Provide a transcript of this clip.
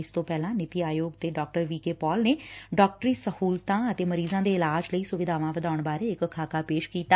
ਇਸ ਤੋਂ ਪਹਿਲਾਂ ਨੀਤੀ ਆਯੋਗ ਦੇ ਡਾ ਵੀ ਕੇ ਪਾਲ ਨੇ ਡਾਕਟਰੀ ਸਹੂਲਤਾ ਅਤੇ ਮਰੀਜ਼ਾਂ ਦੇ ਇਲਾ ਲਈ ਸੁਵਿਧਾਵਾਂ ਵਧਾਉਣ ਬਾਰੇ ਇਕ ਖਾਕਾ ਪੇਸ਼ ਕੀਤਾ